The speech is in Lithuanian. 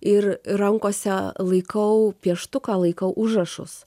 ir rankose laikau pieštuką laikau užrašus